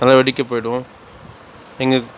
அதுலாம் வெடிக்க போயிடுவோம் எங்கள்